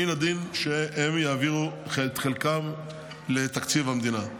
מן הדין שהם יעבירו את חלקם לתקציב המדינה.